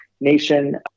nation